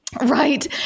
Right